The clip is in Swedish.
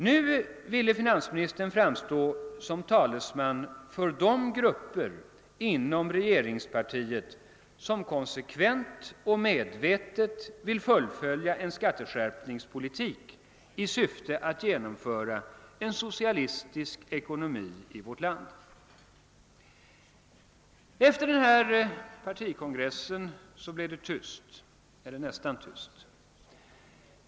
Nu ville finansministern framstå som talesman för de grupper inom regeringspartiet, som konsekvent och medvetet vill fullfölja en skatteskärpningspolitik i syfte att genomföra en socialistisk ekonomi i vårt land. Efter partikongressen blev det tyst — eller nästan tyst.